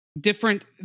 different